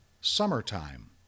summertime